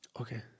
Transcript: Okay